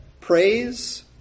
praise